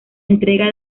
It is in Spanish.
entrega